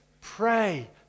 pray